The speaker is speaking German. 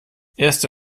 erste